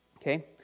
Okay